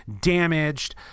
damaged